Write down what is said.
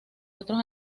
otros